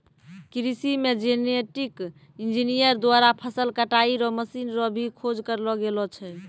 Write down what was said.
कृषि मे genetic engineer द्वारा फसल कटाई रो मशीन रो भी खोज करलो गेलो छै